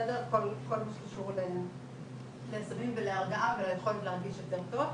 כל מה שקשור לסמים ולהרגעה וליכולת להרגיש יותר טוב.